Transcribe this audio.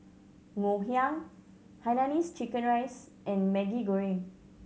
Ngoh Hiang hainanese chicken rice and Maggi Goreng